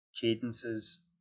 cadences